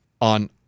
on